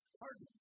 pardon